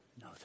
No